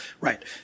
Right